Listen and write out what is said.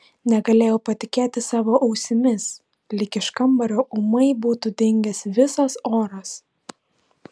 negalėjau patikėti savo ausimis lyg iš kambario ūmai būtų dingęs visas oras